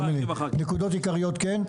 בנקודות עיקריות כן.